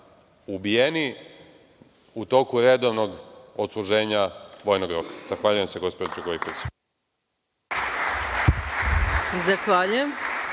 ubijena u toku redovnog odsluženja vojnog roka? Zahvaljujem se, gospođo Gojković.